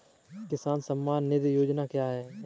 किसान सम्मान निधि योजना क्या है?